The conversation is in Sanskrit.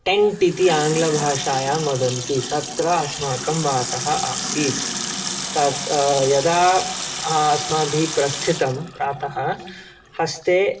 टेण्ट् इति आङ्ग्लभाषायां वदन्ति तत्र अस्माकं वासः आसीत् तत् यदा अस्माभिः प्रस्थितं प्रातः हस्ते